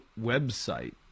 website